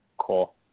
Cool